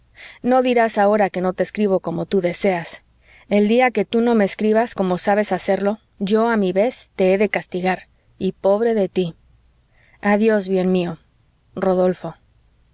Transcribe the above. no dirás ahora que no te escribo como tú deseas el día que tú no me escribas como sabes hacerlo yo a mi vez te he de castigar y pobre de tí adiós bien mío rodolfo